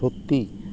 সত্যি